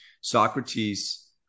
Socrates